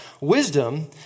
Wisdom